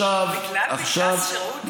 בגלל "פנקס שירות"?